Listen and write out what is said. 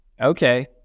okay